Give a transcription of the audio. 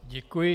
Děkuji.